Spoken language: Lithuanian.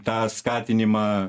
tą skatinimą